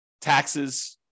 taxes